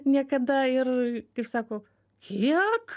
niekada ir kaip sako kiek